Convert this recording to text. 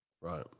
Right